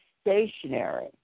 stationary